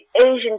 Asian